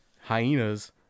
hyenas